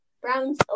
Browns